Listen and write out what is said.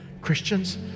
Christians